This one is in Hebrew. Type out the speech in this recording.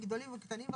גדולים וקטנים,